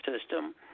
system